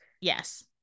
Yes